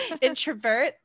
introvert